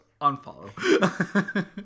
unfollow